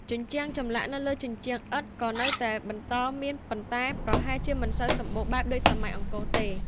ជញ្ជាំង ចម្លាក់នៅលើជញ្ជាំងឥដ្ឋក៏នៅតែបន្តមាន ប៉ុន្តែប្រហែលជាមិនសូវសម្បូរបែបដូចសម័យអង្គរទេ។